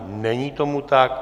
Není tomu tak.